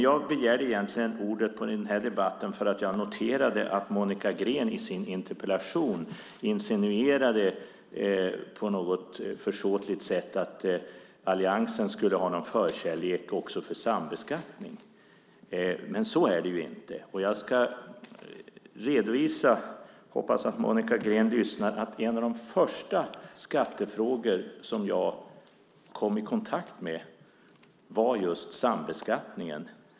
Jag begärde egentligen ordet i den här debatten för att jag noterade att Monica Green i sin interpellation insinuerade på något försåtligt sätt att alliansen skulle ha någon förkärlek för sambeskattning. Men så är det inte. Jag ska redovisa - hoppas att Monica Green lyssnar - att en av de första skattefrågor som jag kom i kontakt med var sambeskattningen.